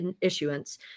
issuance